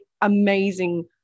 amazing